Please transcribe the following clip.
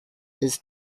his